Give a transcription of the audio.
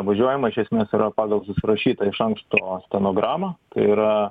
važiuojama iš esmės yra pagal surašytą iš anksto stenogramą yra